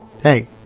Hey